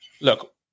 look